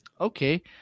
okay